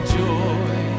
joy